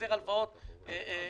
החזר הלוואות על